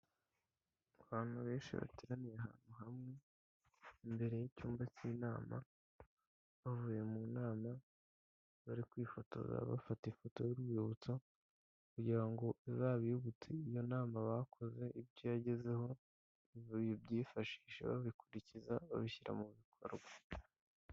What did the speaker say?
Abantu benshi bateraniye ahantu hamwe imbere y'icyumba cy'inama bavuye mu nama, bari kwifotoza bafata ifoto y'urwibutso kugira ngo izabibutse iyo nama bakoze ibyo yagezeho, babyifashishe babikurikiza babishyira mu bikorwa.